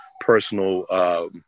personal